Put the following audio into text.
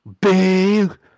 Big